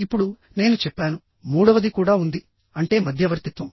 ఇప్పుడు నేను చెప్పాను మూడవది కూడా ఉంది అంటే మధ్యవర్తిత్వం